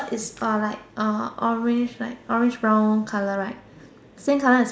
is uh like orange uh like orange brown colour right same colour as